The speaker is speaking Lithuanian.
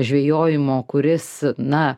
žvejojimo kuris na